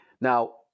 now